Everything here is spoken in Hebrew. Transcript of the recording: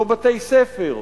לא בתי-ספר.